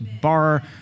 bar